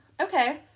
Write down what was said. Okay